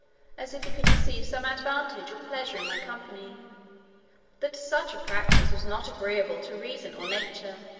as if he could receive some advantage or pleasure in my company that such a practice was not agreeable to reason or nature,